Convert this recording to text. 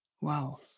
Wow